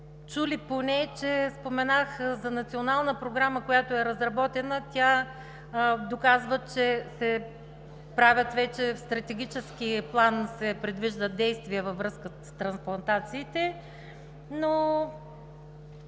чули поне, че споменах за Национална програма, която е разработена, тя доказва, че вече в стратегически план се предвиждат действия във връзка с трансплантациите.